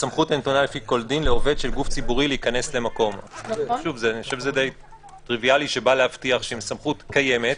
אני חושב שזה די טריוויאלי שבא להבטיח שאם סמכות קיימת,